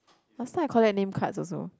last time I collect name cards also